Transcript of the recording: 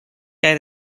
kaj